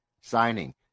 signing